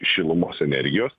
šilumos energijos